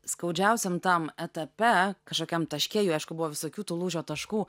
skaudžiausiam tam etape kažkokiam taške jų aišku buvo visokių tų lūžio taškų